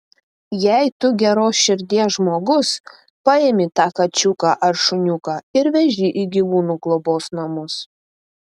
jei tu geros širdies žmogus paimi tą kačiuką ar šuniuką ir veži į gyvūnų globos namus